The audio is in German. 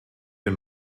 den